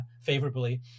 favorably